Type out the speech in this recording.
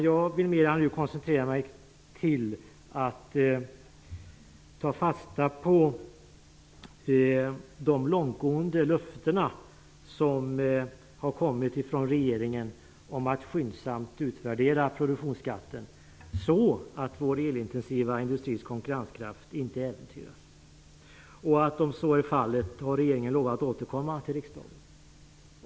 Jag vill mer ta fasta på de långtgående löften som har kommit från regeringen om att skyndsamt utvärdera produktionsskatten så att vår elintensiva industris konkurrenskraft inte äventyras. Om så blir fallet har regeringen lovat att återkomma till riksdagen.